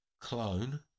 Clone